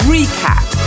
Recap